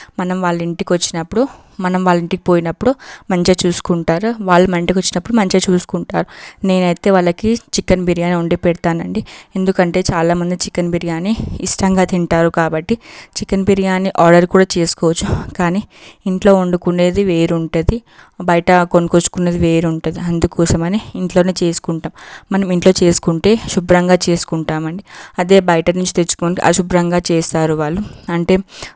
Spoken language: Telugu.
మనం వాళ్ళ ఇంటికి వచ్చినప్పుడు మనం వాళ్ళ ఇంటికి పోయినప్పుడు మంచిగా చూసుకుంటారు వాళ్ళు మన ఇంటికి వచ్చినపుడు మంచిగా చూసుకుంటారు నేనైతే వాళ్ళకి చికెన్ బిర్యానీ వండి పెడతాను అండి ఎందుకంటే చాలా మంది చికెన్ బిర్యానీ ఇష్టంగా తింటారు కాబట్టి చికెన్ బిర్యానీ ఆర్డర్ కూడా చేసుకోవచ్చు కానీ ఇంట్లో వండుకునేది వేరు ఉంటుంది బయట కొనుకొక్కుకునేది వేరు ఉంటుంది అందుకోసం అని ఇంట్లో చేసుకుంటాను మనం ఇంట్లో చేసుకుంటే శుభ్రంగా చేసుకుంటాం అండి అదే బయటనుంచి తెచ్చుకుంటే అశుభ్రంగా చేస్తారు వాళ్ళు అంటే